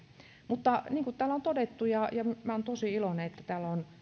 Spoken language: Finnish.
mutta niin kuin täällä on todettu ja ja mistä minä olen tosi iloinen täällä on